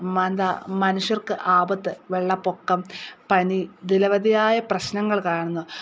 മനുഷ്യർക്ക് ആപത്ത് വെള്ളപ്പൊക്കം പനി നിരവധിയായ പ്രശ്നങ്ങൾ കാണുന്നു